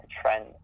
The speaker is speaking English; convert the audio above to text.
trend